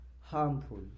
Harmful